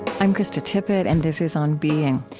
i'm krista tippett and this is on being.